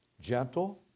gentle